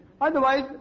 Otherwise